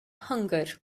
hunger